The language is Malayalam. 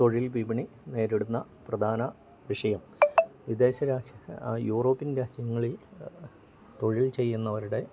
തൊഴിൽ വിപിണി നേരിടുന്ന പ്രധാന വിഷയം വിദേശ യൂറോപ്യൻ രാജ്യങ്ങളിൽ തൊഴിൽ ചെയ്യുന്നവരുടെ